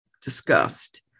discussed